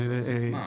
להוסיף מה?